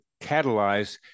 catalyze